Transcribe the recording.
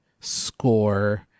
score